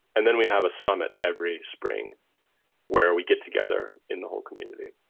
and then we have a summit every spring where we get together in the whole community.